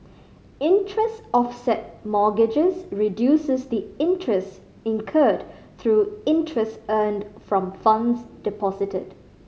interest offset mortgages reduces the interest incurred through interest earned from funds deposited